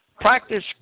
Practice